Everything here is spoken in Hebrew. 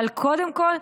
אבל קודם כול,